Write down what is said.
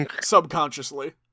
Subconsciously